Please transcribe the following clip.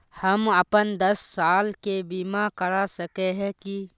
हम अपन दस साल के बीमा करा सके है की?